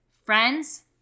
Friends